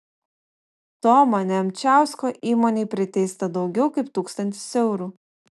tomo nemčiausko įmonei priteista daugiau kaip tūkstantis eurų